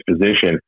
position